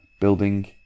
building